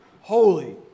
holy